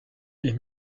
est